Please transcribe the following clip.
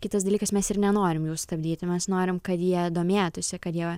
kitas dalykas mes ir nenorim jų stabdyti mes norim kad jie domėtųsi kad jie